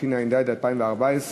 התשע"ד 2014,